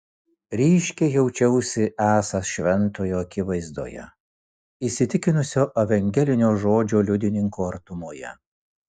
ryškiai jaučiausi esąs šventojo akivaizdoje įsitikinusio evangelinio žodžio liudininko artumoje